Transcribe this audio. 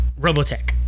Robotech